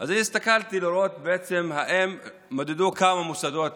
אז הסתכלתי לראות אם מדדו כמה מוסדות